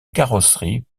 carrosserie